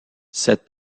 cette